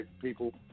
people